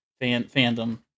fandom